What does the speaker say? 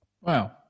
wow